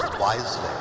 wisely